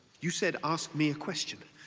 you said ask me a question.